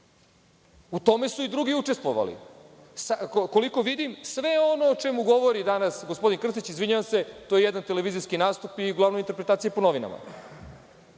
u tome su i drugi učestvovali. Koliko vidim sve ono o čemu govori danas gospodin Krstić, izvinjavam se to je jedan televizijski nastup i uglavnom interpretacija po novinama. Sve